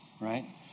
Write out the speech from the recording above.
right